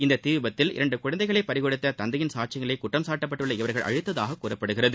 இந்த தீவிபத்தில் இரண்டு குழந்தைகளை பறிகொடுத்த தந்தையின் சாட்சியங்களை குற்றம் சாட்டப்பட்டுள்ள இவர்கள் அழித்ததாக கூறப்படுகிறது